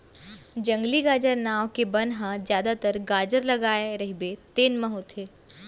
जंगली गाजर नांव के बन ह जादातर गाजर लगाए रहिबे तेन म होथे